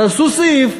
תעשו סעיף,